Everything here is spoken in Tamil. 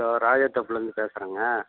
தோ ராஜா தோப்புலேருந்து பேசுகிறேங்க